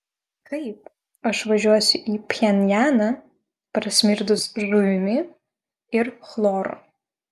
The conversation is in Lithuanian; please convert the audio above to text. kaip aš važiuosiu į pchenjaną prasmirdus žuvimi ir chloru